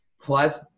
plus